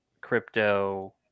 crypto